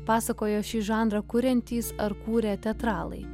pasakojo šį žanrą kuriantys ar kūrę teatralai